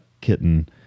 kitten